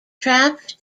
trapped